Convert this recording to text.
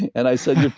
and i said,